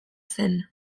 zen